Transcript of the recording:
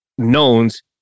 knowns